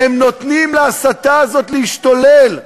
הם נותנים להסתה הזאת להשתולל.